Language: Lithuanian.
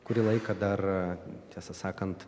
kurį laiką dar tiesą sakant